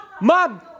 Mom